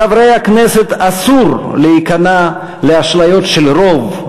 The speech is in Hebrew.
לחברי הכנסת אסור להיכנע לאשליות של רוב,